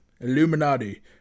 Illuminati